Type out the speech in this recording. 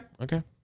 Okay